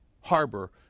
harbor